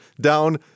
down